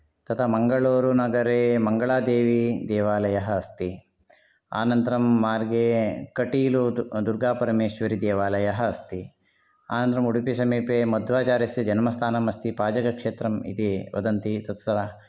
तथा मङ्गलुरुनगरे मङ्गलादेवीदेवालयाः अस्ति अनन्तरं मार्गे कटीलु दुर्गापरमेश्वरीदेवालयः अस्ति अनन्तरं उडुपीसमीपे मध्वाचार्यस्य जन्मस्थानम् अस्ति पाजकक्षेत्रम् इति वदन्ति तत्र